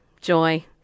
joy